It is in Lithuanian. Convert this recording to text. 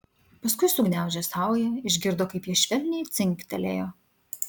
paskui sugniaužė saują išgirdo kaip jie švelniai dzingtelėjo